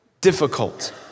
difficult